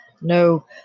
No